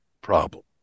problem